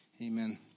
Amen